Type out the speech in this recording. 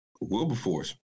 Wilberforce